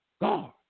God